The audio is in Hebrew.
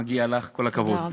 מגיע לך, כל הכבוד.